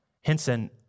Henson